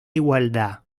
igualdad